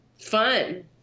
Fun